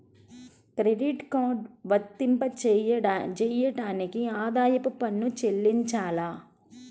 Credit card వర్తింపజేయడానికి ఆదాయపు పన్ను చెల్లించాలా?